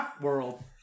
world